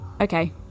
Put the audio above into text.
okay